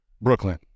Brooklyn